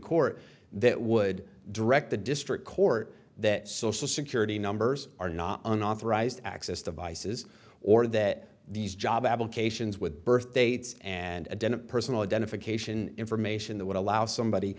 court that would direct the district court that social security numbers are not unauthorized access devices or that these job applications with birth dates and then a personal identification information that would allow somebody